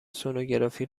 سنوگرافی